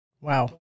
Wow